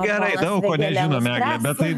gerai daug ko nežinom egle bet tai